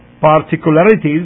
particularities